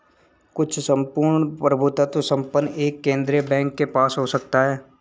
कुछ सम्पूर्ण प्रभुत्व संपन्न एक केंद्रीय बैंक के पास हो सकते हैं